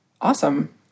awesome